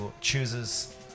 chooses